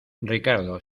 ricardo